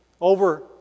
over